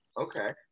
Okay